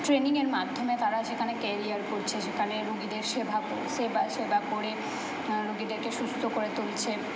ট্রেনিংয়ের মাধ্যমে তারা যেখানে কেরিয়ার গড়ছে সেখানে রুগীদের সেভা সেবা সেবা করে রুগীদেরকে সুস্থ করে তুলছে